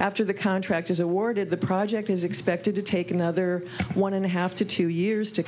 after the contract is awarded the project is expected to take another one and a half to two years to